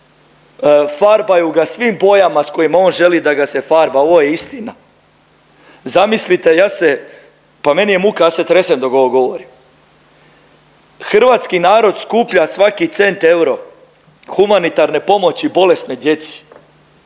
farbaju ga svim bojama sa kojima on želi da ga se farba. Ovo je istina. Zamislite, pa meni je muka, ja se tresem dok ovo govorim. Hrvatski narod skuplja svaki cent, euro humanitarne pomoći bolesnoj djeci,